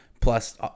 plus